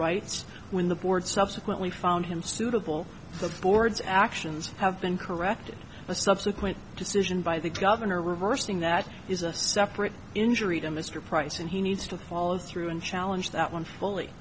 rights when the board subsequently found him suitable for the board's actions have been corrected a subsequent decision by the governor reversing that is a separate injury to mr price and he needs to follow through and challenge that one fully